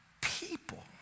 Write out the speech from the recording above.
people